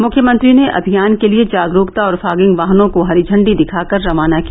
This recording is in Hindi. मुख्यमंत्री ने अभियान के लिये जागरूकता और फॉगिंग वाहनों को हरी झंडी दिखाकर रवाना किया